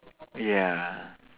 ya